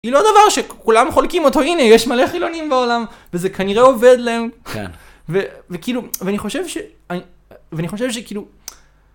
כאילו הדבר שכולם חולקים אותו הנה יש מלא חילונים בעולם וזה כנראה עובד להם. כן. ו... וכאילו, ואני חושב ש.. ואני חושב שכאילו...